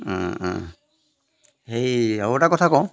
অঁ অঁ সেই আৰু এটা কথা কওঁ